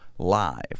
live